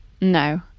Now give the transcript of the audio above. No